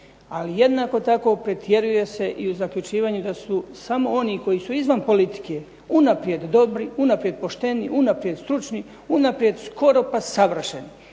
ali jednako tako pretjeruje se i u zaključivanju da se samo oni koji su izvan politike unaprijed dobri, unaprijed pošteni, unaprijed stručni, unaprijed skoro pa savršeni.